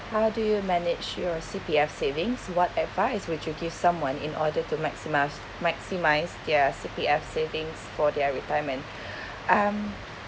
how do you manage your C_P_F savings what advice would you give someone in order to maximise maximise their C_P_F savings for their retirement um